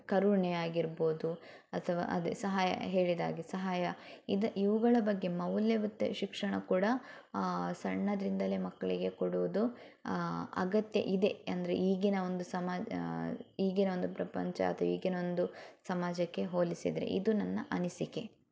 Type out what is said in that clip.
ಕರುಣೆ ಆಗಿರ್ಬೋದು ಅಥವಾ ಅದೆ ಸಹಾಯ ಹೇಳಿದಾಗೆ ಸಹಾಯ ಇದು ಇವುಗಳ ಬಗ್ಗೆ ಮೌಲ್ಯಯುತ ಶಿಕ್ಷಣ ಕೂಡ ಸಣ್ಣದರಿಂದಲೆ ಮಕ್ಕಳಿಗೆ ಕೊಡುವುದು ಅಗತ್ಯ ಇದೆ ಅಂದರೆ ಈಗಿನ ಒಂದು ಸಮ ಈಗಿನ ಒಂದು ಪ್ರಪಂಚ ಅಥವಾ ಈಗಿನ ಒಂದು ಸಮಾಜಕ್ಕೆ ಹೋಲಿಸಿದರೆ ಇದು ನನ್ನ ಅನಿಸಿಕೆ